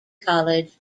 college